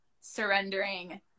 surrendering